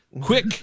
quick